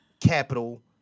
capital